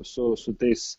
su su tais